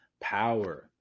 power